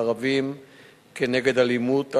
מארבים כנגד אלימות,